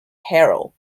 harrow